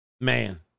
man